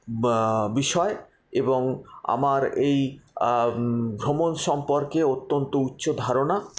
বিষয় এবং আমার এই ভ্রমণ সম্পর্কে অত্যন্ত উচ্চ ধারণা